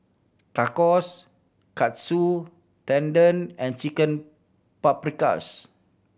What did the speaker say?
Tacos Katsu Tendon and Chicken Paprikas